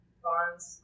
bonds